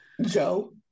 Joe